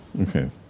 Okay